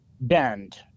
bend